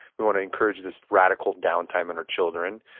we want to encourage this radical downtime in our children,